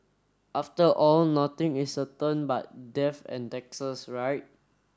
after all nothing is certain but death and taxes right